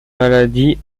maladie